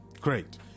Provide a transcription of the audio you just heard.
Great